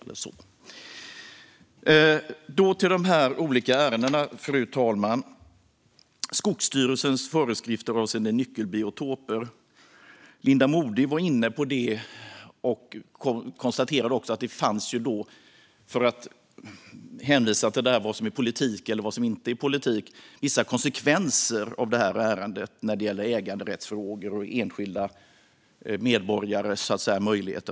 Gransknings-betänkande våren 2021Vissa frågor om regeringens förhållande till riksdagen Jag går nu in på de olika ärendena, fru talman, och börjar med Skogsstyrelsens föreskrifter avseende nyckelbiotoper. Linda Modig var inne på detta. Hon konstaterade - för att hänvisa till vad som är politik och vad som inte är det - att det finns vissa konsekvenser av det här ärendet när det gäller äganderättsfrågor och enskilda medborgares möjligheter att utöva sina rättigheter.